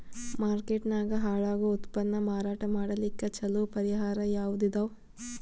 Market ನಾಗ ಹಾಳಾಗೋ ಉತ್ಪನ್ನ ಮಾರಾಟ ಮಾಡಲಿಕ್ಕ ಚಲೋ ಪರಿಹಾರ ಯಾವುದ್ ಇದಾವ?